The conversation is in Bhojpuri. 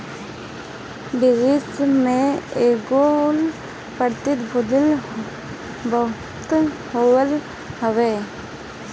वित्त में एगो प्रतिभूति बांड होत हवे